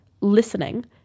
Listening